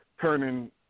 turning